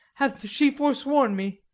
hath she forsworn me?